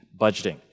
budgeting